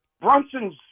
Brunson's